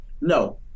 No